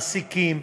מעסיקים,